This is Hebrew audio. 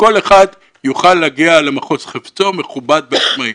שכל אחד יוכל להגיע למחוז חפצו מכובד ועצמאי.